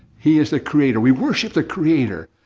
he is the creator. we worship the creator.